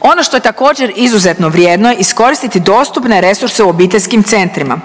Ono što je također izuzetno vrijedno je iskoristi dostupne resurse u obiteljskim centrima